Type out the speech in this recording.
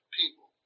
people